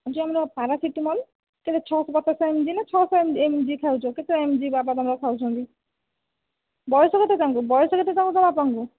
ଯେଉଁ ଆମର ପାରାସେଟାମଲ୍ ସେହିଟା ଛଅଶହ ପଚାଶ ଏମଜି ନା ଛଅଶହ ଏମଜି ଖାଉଛ କେତେ ଏମଜି ବାପା ତୁମର ଖାଉଛନ୍ତି ବୟସ କେତେ ତାଙ୍କୁ ବୟସ କେତେ ତମ ବାପାଙ୍କୁ